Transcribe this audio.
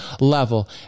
level